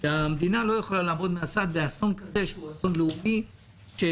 המדינה לא יכולה לעמוד מן הצד באסון לאומי כזה.